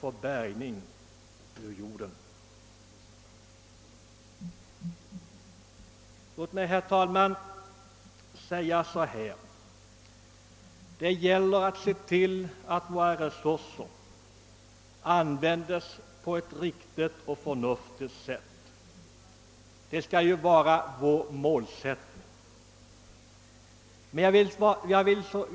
Det gäller att se till att de resurser vi ställer till förfogande används på ett riktigt och förnuftigt sätt. Det skall vara vår målsättning.